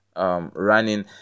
running